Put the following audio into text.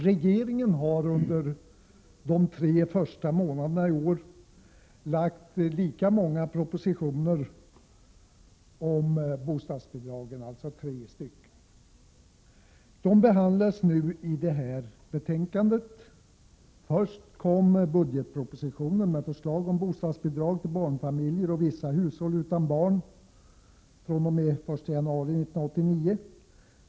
Regeringen har under de tre första månaderna i år framlagt lika många propositioner om bostadsbidragen, alltså tre stycken. De behandlas nu. Först kom budgetpropositionen med förslag om bostadsbidrag fr.o.m. 1 januari 1989 till barnfamiljer och till vissa hushåll utan barn.